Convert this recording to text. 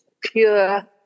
pure